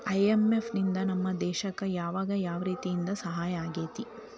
IMF ನಿಂದಾ ನಮ್ಮ ದೇಶಕ್ ಯಾವಗ ಯಾವ್ರೇತೇಂದಾ ಸಹಾಯಾಗೇತಿ?